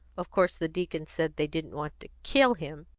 of course the deacon said they didn't want to kill him.